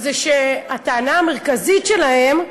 שהטענה המרכזית שלהם,